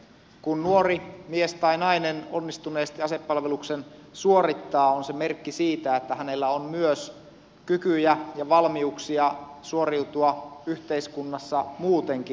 kun nuori mies tai nainen onnistuneesti asepalveluksen suorittaa on se merkki siitä että hänellä on myös kykyjä ja valmiuksia suoriutua yhteiskunnassa muutenkin